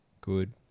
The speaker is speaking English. good